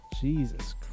Jesus